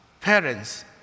parents